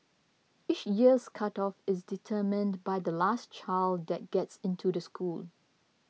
each year's cut off is determined by the last child that gets into the school